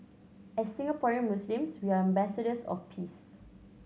as Singaporean Muslims we are ambassadors of peace